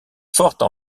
forte